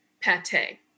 pate